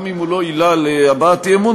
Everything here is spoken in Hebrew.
גם אם הוא לא עילה להבעת אי-אמון,